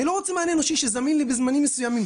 אני לא רוצה מענה אנושי שזמין לי בזמנים מסוימים,